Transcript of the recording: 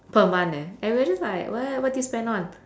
per month eh everyone just like what what did you spend on